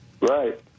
Right